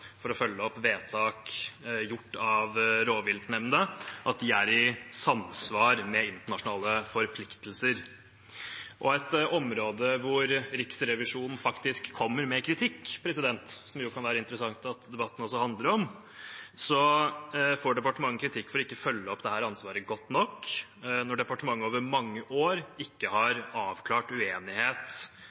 for å følge opp vedtak gjort av rovviltnemnda – at de er i samsvar med internasjonale forpliktelser. Et område hvor Riksrevisjonen faktisk kommer med kritikk – som det kan være interessant at debatten også handler om – gjelder departementet, som får kritikk for ikke å følge opp dette ansvaret godt nok når de over mange år ikke har avklart uenighet